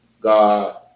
God